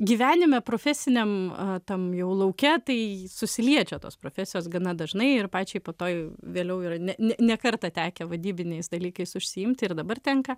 gyvenime profesiniam tam jau lauke tai susiliečia tos profesijos gana dažnai ir pačiai po to jau vėliau yra ne ne kartą tekę vadybiniais dalykais užsiimti ir dabar tenka